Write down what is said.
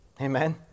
Amen